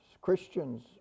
Christians